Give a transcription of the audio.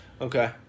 Okay